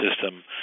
system